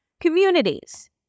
communities